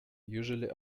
usually